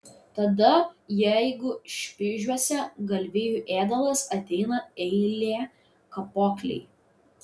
tada jeigu špižiuose galvijų ėdalas ateina eilė kapoklei